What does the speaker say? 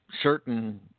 certain